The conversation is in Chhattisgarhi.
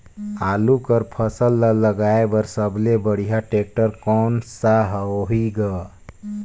आलू कर फसल ल लगाय बर सबले बढ़िया टेक्टर कोन सा होही ग?